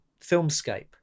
filmscape